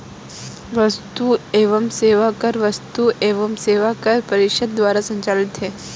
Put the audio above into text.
वस्तु एवं सेवा कर वस्तु एवं सेवा कर परिषद द्वारा संचालित है